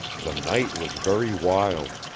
the night was very wild.